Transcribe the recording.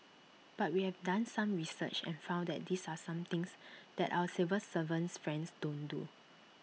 but we have done some research and found that these are some things that our civil servant friends don't do